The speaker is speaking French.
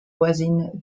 voisine